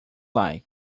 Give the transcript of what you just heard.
like